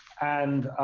and,